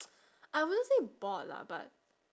I wouldn't say bored lah but